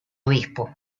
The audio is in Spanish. obispo